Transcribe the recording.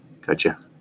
Gotcha